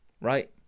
right